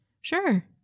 Sure